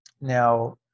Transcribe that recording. Now